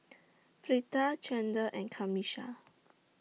Fleeta Chandler and Camisha